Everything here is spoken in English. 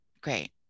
great